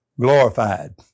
glorified